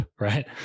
right